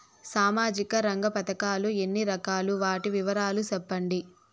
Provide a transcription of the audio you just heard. సామాజిక రంగ పథకాలు ఎన్ని రకాలు? వాటి వివరాలు సెప్పండి